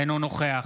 אינו נוכח